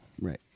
right